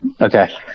Okay